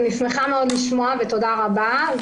אני שמחה מאוד לשמוע, ותודה רבה.